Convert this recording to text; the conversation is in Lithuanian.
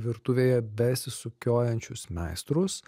virtuvėje besisukiojančius meistrus